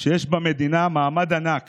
שיש במדינה מעמד ענק